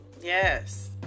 Yes